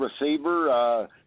receiver